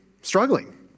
struggling